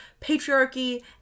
patriarchy